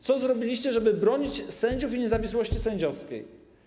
Co zrobiliście, żeby bronić sędziów i niezawisłości sędziowskiej?